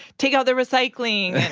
take out the recycling, and,